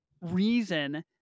reason